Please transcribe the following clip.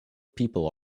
people